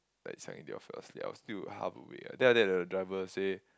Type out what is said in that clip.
like suddenly the all fell asleep I was still half awake then then then after that the driver say